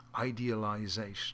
idealization